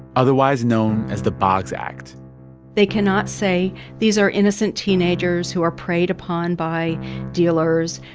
otherwise known as the boggs act they cannot say these are innocent teenagers who are preyed upon by dealers.